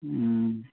ꯎꯝ